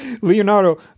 Leonardo